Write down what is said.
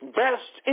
best